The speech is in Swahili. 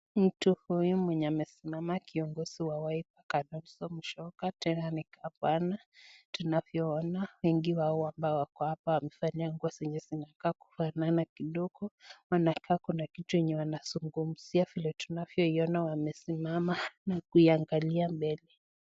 Mtu huyu mwenye amesimama kiongozi wa wiper kalonzo mstoka, tena amekaa pale tunavyoona, wengi wao wamevaa nguo zenye zimekaa kufanana kidogo, wanazungumzia vile tunavyoona wamesimama na kuangalia mbele.